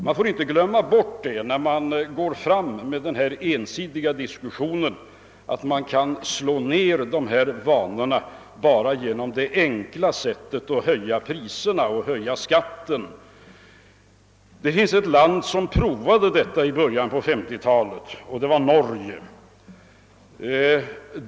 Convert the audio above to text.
Man får inte glömma bort det när man ensidigt framhåller att dessa vanor endast kan ändras på det enkla sättet att man höjer priserna och skatten. Det finns ett land som prövade detta i början på 1950-talet, nämligen Norge.